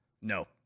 No